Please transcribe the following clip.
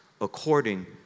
according